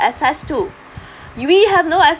access to we have no access